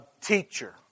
teacher